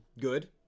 good